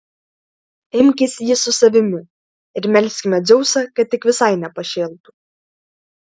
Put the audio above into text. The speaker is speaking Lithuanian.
imkis jį su savimi ir melskime dzeusą kad tik visai nepašėltų